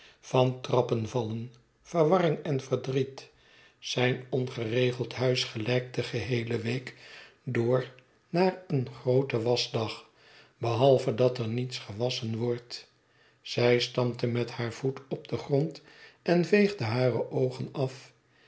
van de trappen vallen verwarring en verdriet zijn ongeregeld huis gelijkt de geheele week door naar een grooten waschdag behalve dat er niets gewasschen wordt zij stampte met haar voet op den grond en veegde hare oogen af